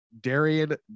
Darian